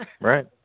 Right